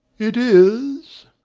it is.